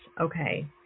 okay